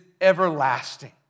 everlasting